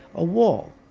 a wall,